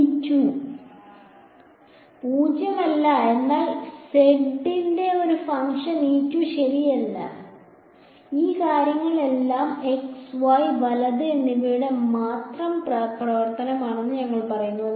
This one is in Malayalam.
പൂജ്യമല്ല എന്നാൽ z ന്റെ ഒരു ഫംഗ്ഷൻ ശരിയല്ല എല്ലാ കാര്യങ്ങളും x y വലത് എന്നിവയുടെ മാത്രം പ്രവർത്തനമാണെന്ന് ഞങ്ങൾ പറഞ്ഞു